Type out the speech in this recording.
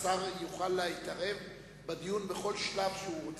השר יוכל להתערב בדיון בכל שלב שהוא רוצה.